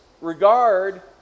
regard